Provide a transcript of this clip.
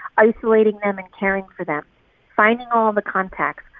isolating them and caring for them finding all the contacts,